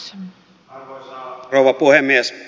arvoisa rouva puhemies